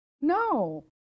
No